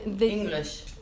English